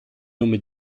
nome